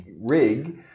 Rig